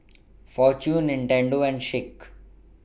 Fortune Nintendo and Schick